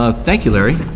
ah thank you, larry.